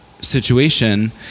situation